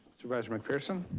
supervisor mcpherson?